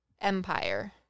Empire